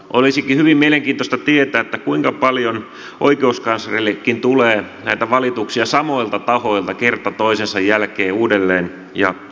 olisikin hyvin mielenkiintoista tietää kuinka paljon oikeuskanslerillekin tulee näitä valituksia samoilta tahoilta kerta toisensa jälkeen uudelleen ja uudelleen